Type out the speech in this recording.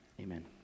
amen